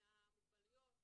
מהמוגבלויות,